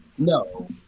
no